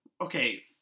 Okay